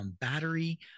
battery